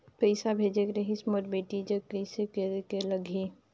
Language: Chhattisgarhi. पइसा भेजेक रहिस मोर बेटी जग कइसे करेके लगही?